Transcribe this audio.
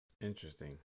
interesting